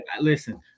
listen